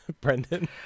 Brendan